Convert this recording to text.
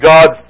God